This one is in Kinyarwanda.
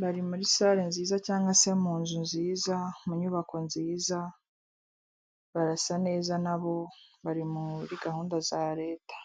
bari muri sare nziza cyangwa se mu nzu nziza, mu nyubako nziza, barasa neza, na bo bari muri gahunda za Leta.